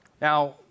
now